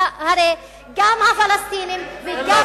והרי גם הפלסטינים, אין לה זמן.